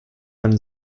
man